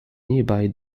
nearby